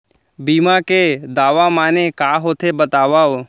बीमा के दावा माने का होथे बतावव?